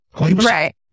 Right